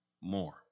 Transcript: more